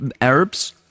Arabs